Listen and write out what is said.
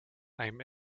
einem